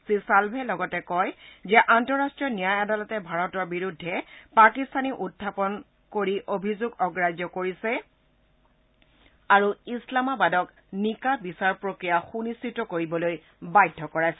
শ্ৰীচালভে লগতে কয় আন্তঃৰাষ্টীয় ন্যায় আদালতে ভাৰতৰ বিৰুদ্ধে পাকিস্তানী উখাপন কৰি অভিযোগ অগ্ৰাহ্য কৰিছে আৰু ইছলামাবাদক নিকা বিচাৰ প্ৰক্ৰিয়া সুনিশ্চিত কৰিবলৈ বাধ্য কৰাইছে